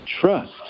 trust